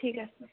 ঠিক আছে